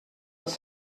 els